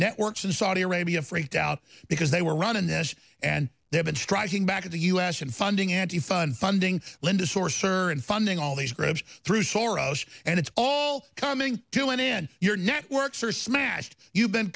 networks in saudi arabia freaked out because they were running this and they have been striking back at the u s in funding anti fun funding linda sorceror and funding all these groups through soros and it's all coming to an end your networks are smashed you've been